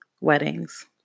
weddings